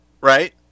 right